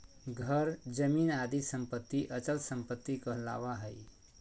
घर, जमीन आदि सम्पत्ति अचल सम्पत्ति कहलावा हइ